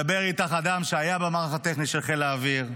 מדבר איתך אדם שהיה במערך הטכני של חיל האוויר.